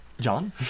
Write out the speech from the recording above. John